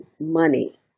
money